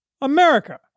America